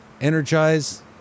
energize